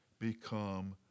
become